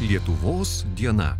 lietuvos diena